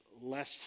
less